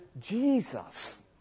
Jesus